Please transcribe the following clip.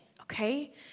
okay